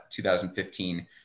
2015